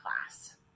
class